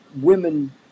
Women